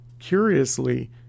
Curiously